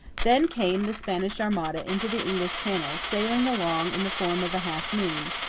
then came the spanish armada into the english channel, sailing along in the form of a half moon,